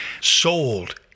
sold